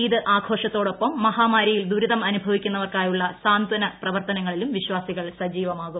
ഈദ് ആഘോഷത്തോടൊപ്പം മഹാമാരിയിൽ ദുരിതം അനുഭവിക്കുന്നവർക്കായുള്ള സാന്ത്യന പ്രവർത്തനങ്ങളിലും വിശ്വാസികൾ സജീവമാകും